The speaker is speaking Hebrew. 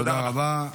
תודה רבה.